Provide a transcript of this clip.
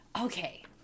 okay